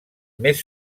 més